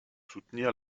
soutenir